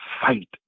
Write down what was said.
fight